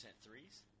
threes